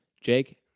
jake